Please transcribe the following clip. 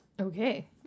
Okay